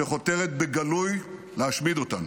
שחותרת בגלוי להשמיד אותנו.